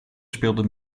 speelden